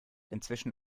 inzwischen